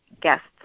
guests